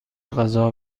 غذا